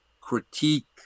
critique